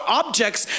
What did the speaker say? objects